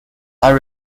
are